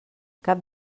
cap